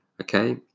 Okay